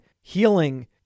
healing